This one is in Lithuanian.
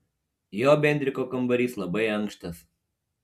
jo bendriko kambarys labai ankštas